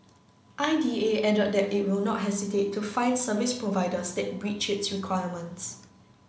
I D A added that it will not hesitate to fine service providers that breach its requirements